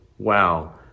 wow